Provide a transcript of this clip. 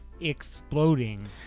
exploding